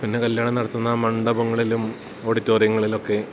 പിന്നെ കല്യാണം നടത്തുന്ന മണ്ഡപങ്ങളിലും ഓഡിറ്റോറിയങ്ങളിൽ ഒക്കെ